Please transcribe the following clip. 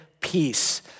peace